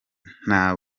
nta